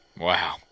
Wow